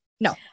No